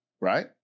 right